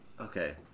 Okay